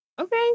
okay